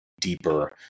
deeper